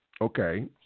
Okay